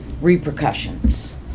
repercussions